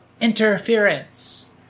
Interference